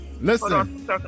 listen